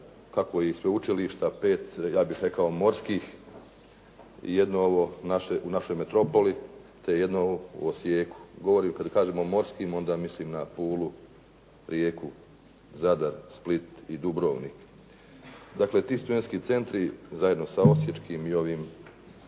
kako i sveučilišta, pet ja bih rekao morskih i jedno ovo u našoj metropoli te jedno u Osijeku. Kada kažem morski, onda mislim na Pulu, Rijeku, Zadar, Split i Dubrovnik. Dakle, ti studentski centri zajedno sa osječkim i ovim